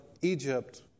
Egypt